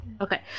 okay